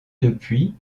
depuis